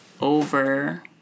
over